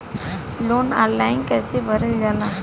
Loan online कइसे भरल जाला?